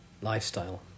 lifestyle